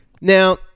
Now